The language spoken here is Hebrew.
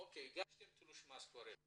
אוקיי, ברור שהגשתם תלוש משכורת.